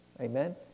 amen